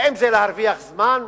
האם זה להרוויח זמן?